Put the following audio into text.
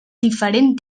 diferent